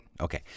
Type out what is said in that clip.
Okay